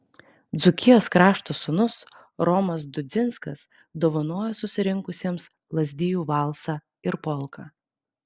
dzūkijos krašto sūnus romas dudzinskas dovanojo susirinkusiems lazdijų valsą ir polką